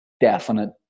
definite